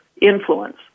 influence